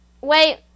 wait